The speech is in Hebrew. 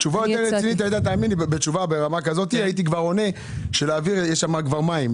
תשובה יותר רצינית הייתה יכולה להיות שיש שם כבר מים,